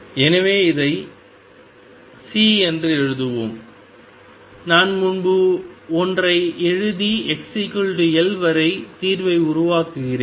எனவே இதை C என்று எழுதுவோம் நான் முன்பு ஒன்றை எழுதி xL வரை தீர்வை உருவாக்குகிறேன்